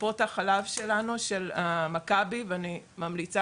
טיפות החלב שלנו של מכבי ואני ממליצה